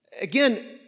Again